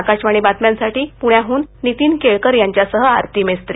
आकाशवाणी बातम्यांसाठी पुण्याहून नीतीन केळकर यांच्यासह आरती मेस्त्री